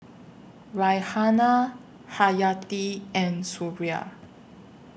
Raihana Hayati and Suria